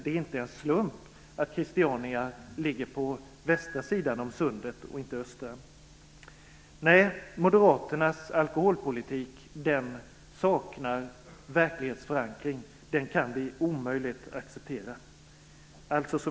Det är inte en slump att Christiania ligger på västra sidan av sundet, inte östra. Nej, Moderaternas alkoholpolitik saknar verklighetsförankring, den kan vi omöjligt acceptera.